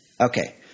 Okay